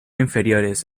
inferiores